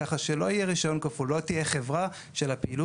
כך שלא יהיה רישיון כפול; לא תהיה חברה שעבור הפעילות